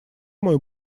мой